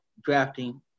drafting